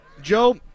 Joe